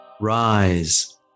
Rise